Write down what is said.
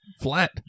flat